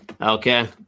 Okay